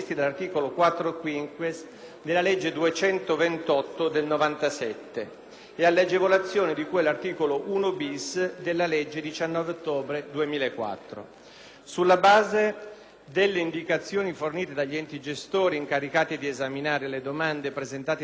e alle agevolazioni di cui all'articolo 1-*bis* della legge 19 ottobre 2004. Sulla base delle indicazioni fornite dagli enti gestori incaricati di esaminare le domande presentate dai soggetti beneficiari di cui alla citata legge n. 17 del 2007, è risultata,